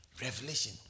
Revelation